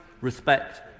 respect